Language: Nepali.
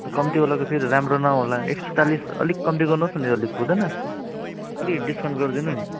कम्ती वालाको फेरि राम्रो नहोला एक सय चालिस अलिक कम्ती गर्नु होस् न अलिक हुँदैन अलिकति डिस्काउन्ट गरिदिनु नि